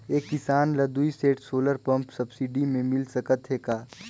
एक किसान ल दुई सेट सोलर पम्प सब्सिडी मे मिल सकत हे का?